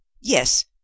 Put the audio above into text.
Yes